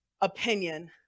opinion